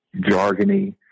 jargony